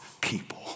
people